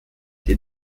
den